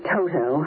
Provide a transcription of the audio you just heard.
Toto